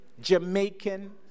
Jamaican